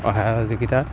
সহায় সহায়যোগিতা